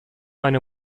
eine